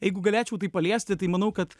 jeigu galėčiau taip paliesti tai manau kad